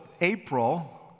April